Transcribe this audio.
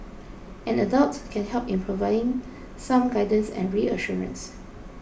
an adult can help in providing some guidance and reassurance